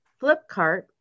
Flipkart